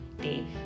day